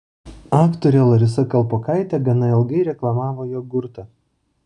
aktorė larisa kalpokaitė gana ilgai reklamavo jogurtą